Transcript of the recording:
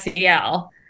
SEL